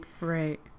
Right